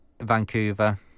Vancouver